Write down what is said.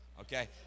Okay